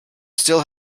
still